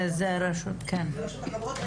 זה רשות החברות.